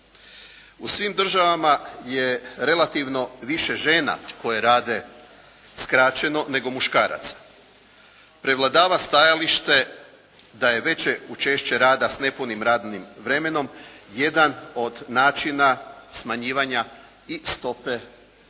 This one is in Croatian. U svim državama je relativno više žena koje rade skraćeno nego muškaraca. Prevladava stajalište da je veće učešće rada sa nepunim radnim vremenom jedan od načina smanjivanja i stope nezaposlenosti.